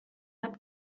habt